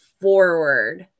forward